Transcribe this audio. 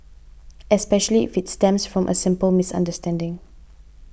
especially if it stems from a simple misunderstanding